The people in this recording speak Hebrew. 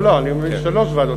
לא לא, אני אומר שיש שלוש ועדות.